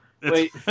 Wait